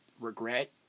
regret